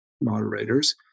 moderators